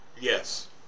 Yes